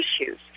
issues